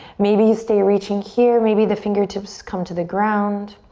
maybe you stay reaching here, maybe the fingertips come to the ground.